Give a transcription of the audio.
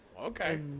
okay